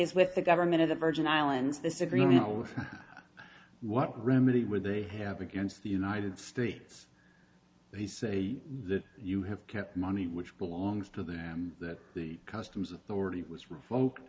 is with the government of the virgin islands the supreme know what remedy would they have against the united states they say that you have kept money which belongs to them that the customs authority was revoked